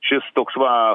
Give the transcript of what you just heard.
šis toks va